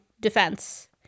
defense